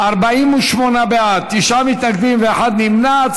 48 בעד, תשעה מתנגדים ואחד נמנע.